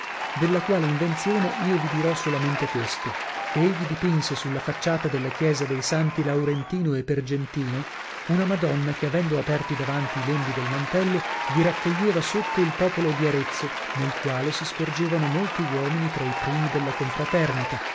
della quale invenzione io vi dirò solamente questo che egli dipinse sulla facciata della chiesa dei santi laurentino e pergentino una madonna che avendo aperti davanti i lembi del mantello vi raccoglieva sotto il popolo di arezzo nel quale si scorgevano molti uomini tra i primi della confraternita